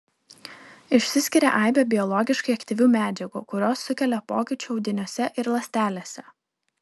išsiskiria aibė biologiškai aktyvių medžiagų kurios sukelia pokyčių audiniuose ir ląstelėse